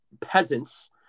peasants